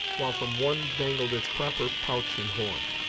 while from one dangled its proper pouch and horn.